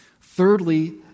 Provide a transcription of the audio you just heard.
Thirdly